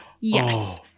Yes